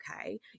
okay